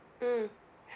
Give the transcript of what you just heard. mmhmm